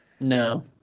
No